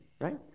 right